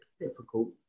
Difficult